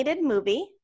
movie